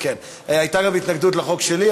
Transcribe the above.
הייתה גם התנגדות לחוק שלי,